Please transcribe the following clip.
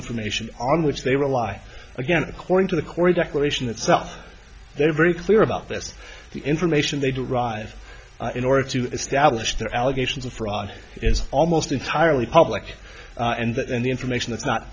information on which they rely again according to the cory declaration itself they are very clear about this the information they derive in order to establish their allegations of fraud is almost entirely public and that the information that's not